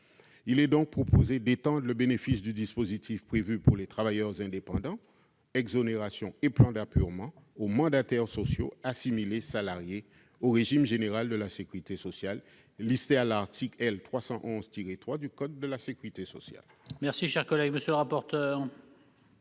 Nous proposons d'étendre le bénéfice du dispositif prévu pour les travailleurs indépendants- exonération et plan d'apurement - aux mandataires sociaux assimilés aux salariés du régime général de la sécurité sociale listés à l'article L. 311-3 du code de la sécurité sociale.